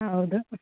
ಹೌದು